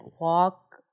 walk